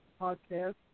podcast